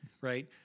right